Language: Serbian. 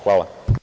Hvala.